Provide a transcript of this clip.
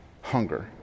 hunger